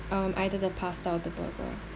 um either the pasta or the burger